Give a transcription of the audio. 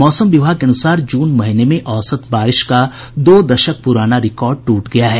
मौसम विभाग के अनुसार जून महीने में औसत बारिश का दो दशक पुराना रिकॉर्ड टूट गया है